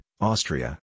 Austria